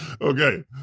Okay